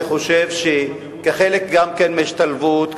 אני חושב שכחלק מההשתלבות,